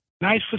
nice